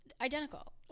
identical